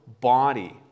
body